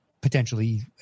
potentially